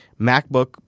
macbook